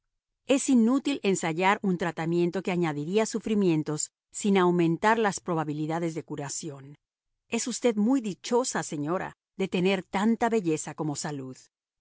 es inútil ensayar un tratamiento que añadiría sufrimientos sin aumentar las probabilidades de curación es usted muy dichosa señora de tener tanta belleza como salud